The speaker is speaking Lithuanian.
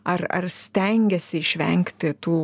ar ar stengiasi išvengti tų